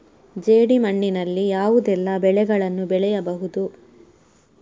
ಜೇಡಿ ಮಣ್ಣಿನಲ್ಲಿ ಯಾವುದೆಲ್ಲ ಬೆಳೆಗಳನ್ನು ಬೆಳೆಯಬಹುದು?